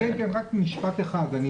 להוסיף משפט אחד, אני